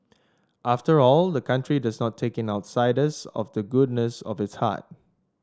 after all the country does not take in outsiders of the goodness of its heart